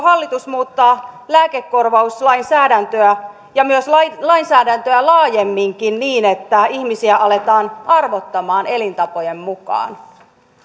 hallitus muuttaa lääkekorvauslainsäädäntöä ja myös lainsäädäntöä laajemminkin niin että ihmisiä aletaan arvottamaan elintapojen mukaan